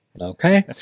okay